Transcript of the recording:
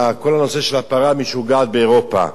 כל הנושא של הפרה המשוגעת באירופה.